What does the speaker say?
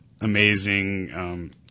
amazing